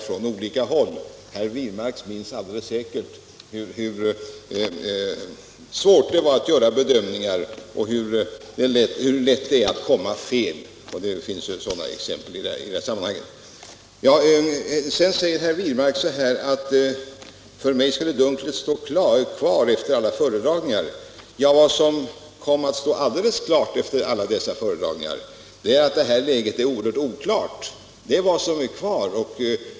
Jag är säker på att herr Wirmark minns hur svårt det då var att göra bedömningar och hur lätt det är att komma fel. Liknande exempel finns i det här aktuella sammanhanget, och det är som sagt lätt att göra felaktiga bedömningar. Herr Wirmark säger vidare: För herr Palm står dunklet kvar även efter alla föredragningar. Ja, vad som skulle komma att stå alldeles klart efter alla dessa föredragningar, det är att detta läge är oerhört oklart. Det är det intryck som är kvar.